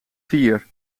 vier